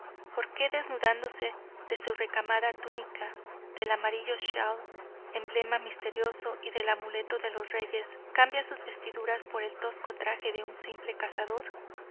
por que desnudándose de su recamada túnica del amarillo schal emblema misterioso y del amuleto de los reyes cambia sus vestiduras por el tosco traje de un simple cazador